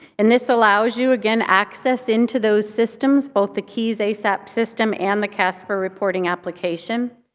and this allows you again access into those systems, both the qies asap system and the casper reporting application.